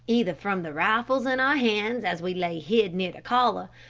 either from the rifles in our hands as we lay hid near the caller,